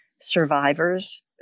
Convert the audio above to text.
survivors